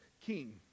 king